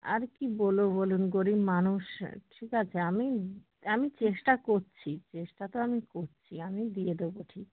আর কী বলবো বলুন গরীব মানুষ ঠিক আছে আমি আমি চেষ্টা করছি চেষ্টা তো আমি করছিই আমি দিয়ে দেবো ঠিক